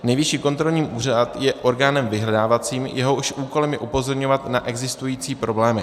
Nejvyšší kontrolní úřad je orgánem vyhledávacím, jehož úkolem je upozorňovat na existující problémy.